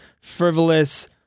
frivolous